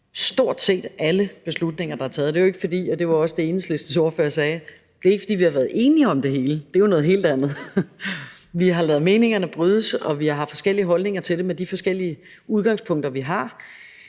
stort set alle beslutninger, der er taget. Det er jo ikke – og det var også det, Enhedslistens ordfører sagde – fordi vi har været enige om det hele, det er noget helt andet, men vi har ladet meningerne brydes, og vi har haft forskellige holdninger til det med de forskellige udgangspunkter, vi har.